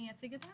אני אציג את זה.